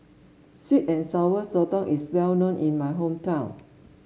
sweet and Sour Sotong is well known in my hometown